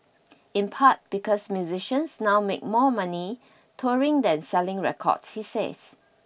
in part because musicians now make more money touring than selling records he says